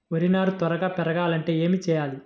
వరి నారు త్వరగా పెరగాలంటే ఏమి చెయ్యాలి?